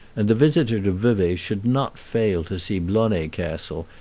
and the visitor to vevay should not fail to see blonay castle,